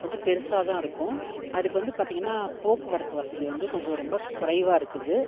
கொஞ்சம் பெருசாக தான் இருக்கும் அதுக்கு வந்து பார்த்தீங்கன்னா போக்குவரத்து வசதி வந்து கொஞ்சம் ரொம்ப குறைவாக இருக்குது